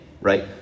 right